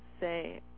say